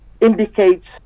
indicates